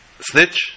snitch